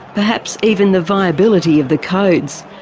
perhaps even the viability of the codes,